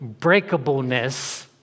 breakableness